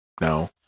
no